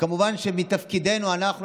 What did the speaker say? כמובן שמתפקידנו אנחנו,